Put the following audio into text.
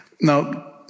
Now